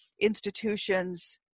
institutions